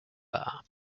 bar